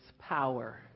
power